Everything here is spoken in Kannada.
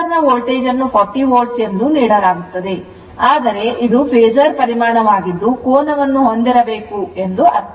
Inductor ನ ವೋಲ್ಟೇಜ್ ಅನ್ನು 40 volt ಎಂದು ನೀಡಲಾಗುತ್ತದೆ ಆದರೆ ಇದು ಫೇಸರ್ ಪರಿಮಾಣವಾಗಿದ್ದು ಕೋನವನ್ನು ಹೊಂದಿರಬೇಕು ಎಂದರ್ಥ